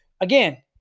again